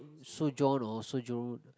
sojourn or sojourn